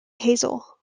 hazel